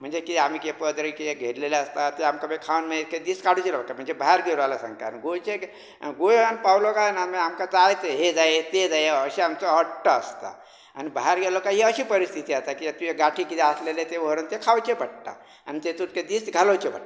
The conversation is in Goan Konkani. म्हणजे कितें आमी कितें पदरे कितें घेतलेले आसता ते आमकां मागीर खावन मागीर ते दीस काडचे रावता म्हणजे भायर जीव् रावल्यार सांगता आन् गोंयचे की गोंयान पावलो काय ना मागीर आमका जाए ते हे जाए ते जाए अशे आमचो हट्ट आसता आन् भायर गेलो काय ही अशी परिस्थिती आता कियाक तुया गाठीक किए आसलेले ते परत ते खावचे पडटा आन् तेतूर ते दीस घालोवचे पडटा